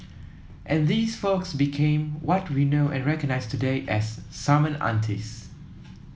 and these folks became what we know and recognise today as summon aunties